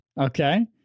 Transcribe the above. Okay